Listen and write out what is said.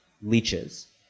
leeches